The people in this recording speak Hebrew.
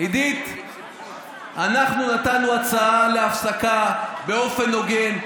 אנחנו נתנו הצעה להפסקה באופן הוגן.